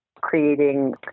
creating